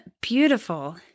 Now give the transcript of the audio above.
beautiful